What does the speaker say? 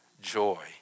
joy